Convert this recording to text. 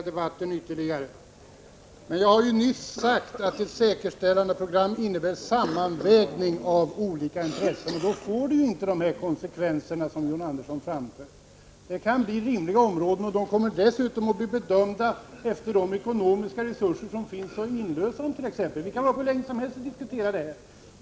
Fru talman! Jag nödgas förlänga debatten ytterligare. Jag har nyss sagt att ett säkerställandeprogram innebär en sammanvägning av olika intressen, och därför får vårt förslag inte de konsekvenser som John Andersson befarar. Det kan bli fråga om rimliga områden, och de kommer dessutom att bli bedömda efter de ekonomiska resurser som finns att inlösa dem t.ex. Vi kan hålla på hur länge som helst och diskutera det här.